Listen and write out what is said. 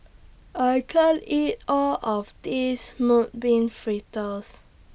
I can't eat All of This Mung Bean Fritters